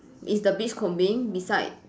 is the beach combing beside